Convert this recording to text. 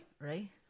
Right